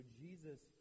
Jesus